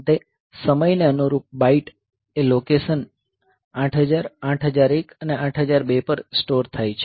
અંતે સમયને અનુરૂપ બાઈટ એ લોકેશન 8000 8001 અને 8002 પર સ્ટોર થાય છે